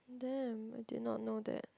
damn I did not know that